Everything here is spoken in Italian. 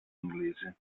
inglese